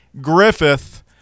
griffith